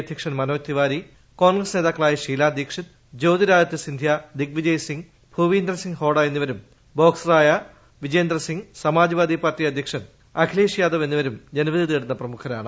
അധ്യക്ഷൻ മനോജ് തിവാരി കോൺഗ്രസ് നേതാക്കളായ ഷീല ദീക്ഷിത് ജ്യോതിരാദിത്യ സിന്ധൃ ദിഗ്വിജയ് സിംഗ് ഭൂവിന്ദർ സിങ് ഹോഡ എന്നിവരും ബോക്സറായ വിരേന്ദർ സിങ് സമാജ്വാദി പാർട്ടി അധ്യക്ഷൻ അഖിലേഷ് യാദവ് എന്നിവരും ജനവിധി തേടുന്ന പ്രമുഖരാണ്